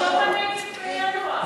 יום הנגב בינואר.